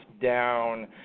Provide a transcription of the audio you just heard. down